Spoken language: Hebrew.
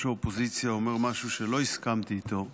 האופוזיציה אומר משהו שלא הסכמתי איתו.